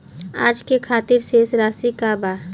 आज के खातिर शेष राशि का बा?